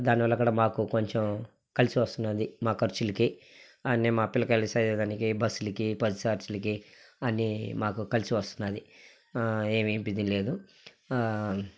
దానివల్ల కూడా మాకు కొంచెం కలిసి వస్తున్నది మా ఖర్చులుకి అన్నీ మా పిల్లకాయలు చదివడానికి బస్లకి బస్ ఛార్జీలకి అన్నీ మాకు కలిసి వస్తున్నది ఏమి బి దిగులేదు